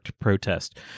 Protest